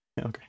Okay